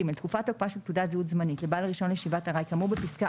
"(ג)תקופת תוקפה של תעודת זהות זמנית לבעל רישיון לישיבת ארעי כאמור בפסקה